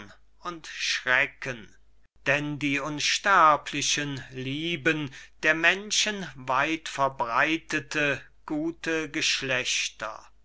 und schrecken denn die unsterblichen lieben der menschen weit verbreitete gute geschlechter